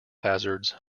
hazards